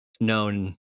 known